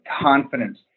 confidence